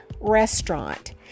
restaurant